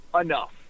enough